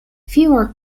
fewer